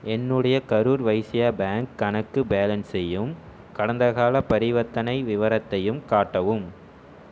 என்னுடைய கரூர் வைஸ்யா பேங்க் கணக்கு பேலன்ஸையும் கடந்த கால பரிவர்த்தனை விவரத்தையும் காட்டவும்